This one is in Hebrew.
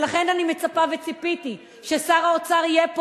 ולכן אני מצפה וציפיתי ששר האוצר יהיה פה